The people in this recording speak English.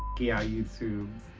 yeah youtube